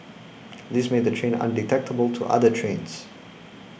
this made the train undetectable to other trains